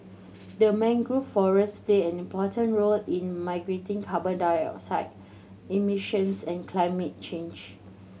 the mangrove forest play an important role in mitigating carbon dioxide emissions and climate change